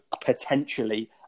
potentially